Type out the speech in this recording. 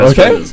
Okay